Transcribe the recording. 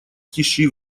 тиши